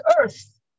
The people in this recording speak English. earth